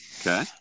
Okay